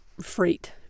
freight